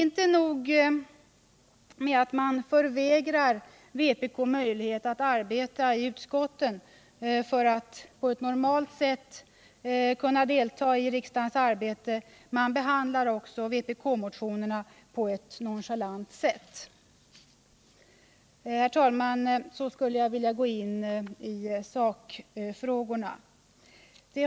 Inte nog med att man förvägrar vpk möjlighet att arbeta i utskotten för att på ett normalt sätt kunna delta i riksdagens arbete, man behandlar också vpk-motionerna på ett nonchalant sätt. Herr talman! Så skulle jag vilja gå in på sakfrågorna.